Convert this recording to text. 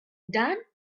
done